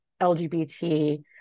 lgbt